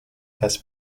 has